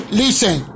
listen